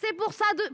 C'est